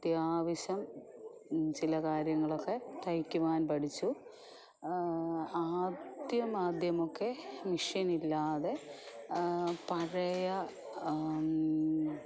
അത്യാവശ്യം ചില കാര്യങ്ങളൊക്കെ തയ്ക്കുവാൻ പഠിച്ചു ആദ്യമാദ്യമൊക്കെ മിഷ്യൻ ഇല്ലാതെ പഴയ